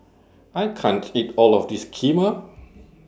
I can't eat All of This Kheema